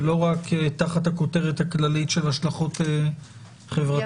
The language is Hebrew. ולא רק תחת הכותרת הכללית של השלכות חברתיות.